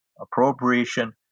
appropriation